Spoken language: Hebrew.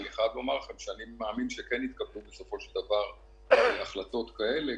אני חייב לומר לכם שאני מאמין שכן תתקבלנה בסופו של דבר החלטות כאלה,